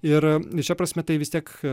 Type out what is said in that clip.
ir šia prasme tai vis tiek